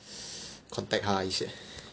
contact 他一下